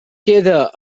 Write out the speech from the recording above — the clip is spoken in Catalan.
queda